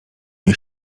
nie